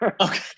Okay